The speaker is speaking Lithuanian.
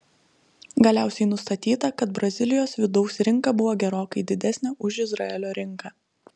galiausiai nustatyta kad brazilijos vidaus rinka buvo gerokai didesnė už izraelio rinką